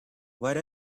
what